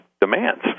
demands